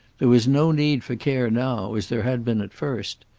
there was no need for care now, as there had been at first.